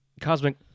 Cosmic